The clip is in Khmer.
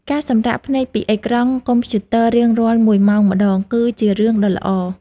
ការសម្រាកភ្នែកពីអេក្រង់កុំព្យូទ័ររៀងរាល់មួយម៉ោងម្ដង គឺជារឿងដ៏ល្អ។